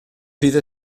fydd